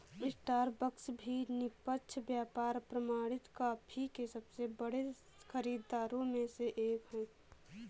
Starbucks भी निष्पक्ष व्यापार प्रमाणित कॉफी के सबसे बड़े खरीदारों में से एक है